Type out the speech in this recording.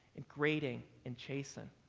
and grading and chasten.